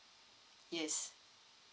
yes